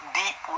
deep